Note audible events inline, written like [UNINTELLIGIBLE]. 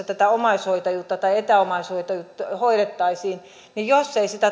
[UNINTELLIGIBLE] tätä omaishoitajuutta tai etäomaishoitajuutta hoidettaisiin niin jos ei sitä